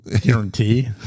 guarantee